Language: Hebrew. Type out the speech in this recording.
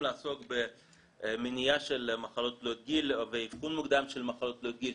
לעסוק במניעה של מחלות תלויות גיל ואבחון מוקדם של מחלות תלויות גיל,